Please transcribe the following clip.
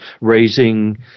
raising